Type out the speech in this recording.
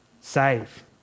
Save